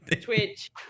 Twitch